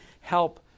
help